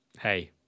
hey